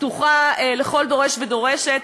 פתוחה לכל דורש ודורשת,